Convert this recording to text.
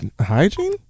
hygiene